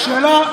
השאלה,